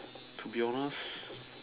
to be honest